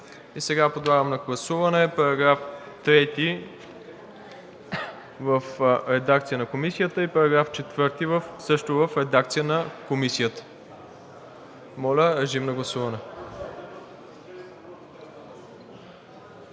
Сега подлагам на гласуване § 3 в редакция на Комисията и § 4 също в редакция на Комисията. Моля, режим на гласуване.